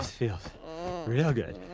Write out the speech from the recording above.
feels real good,